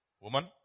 Woman